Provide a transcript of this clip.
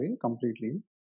completely